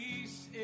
peace